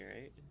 right